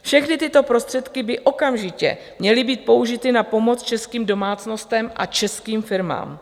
Všechny tyto prostředky by okamžitě měly být použity na pomoc českým domácnostem a českým firmám.